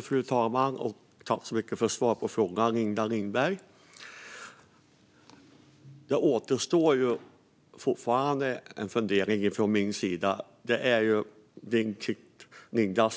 Fru talman! Tack så mycket för svaret på frågan, Linda Lindberg! Det återstår fortfarande en fundering från min sida. Det gäller Linda